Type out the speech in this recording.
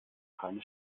keine